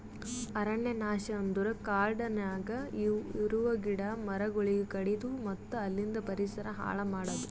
ಅರಣ್ಯ ನಾಶ ಅಂದುರ್ ಕಾಡನ್ಯಾಗ ಇರವು ಗಿಡ ಮರಗೊಳಿಗ್ ಕಡಿದು ಮತ್ತ ಅಲಿಂದ್ ಪರಿಸರ ಹಾಳ್ ಮಾಡದು